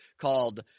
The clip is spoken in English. called